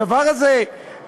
הדבר הזה הגיוני?